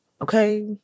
okay